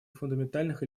фундаментальных